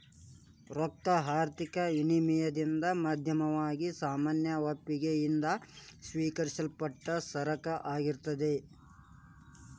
ರೊಕ್ಕಾ ಆರ್ಥಿಕ ವಿನಿಮಯದ್ ಮಾಧ್ಯಮವಾಗಿ ಸಾಮಾನ್ಯ ಒಪ್ಪಿಗಿ ಯಿಂದ ಸ್ವೇಕರಿಸಲ್ಪಟ್ಟ ಸರಕ ಆಗಿರ್ತದ್